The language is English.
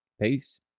Peace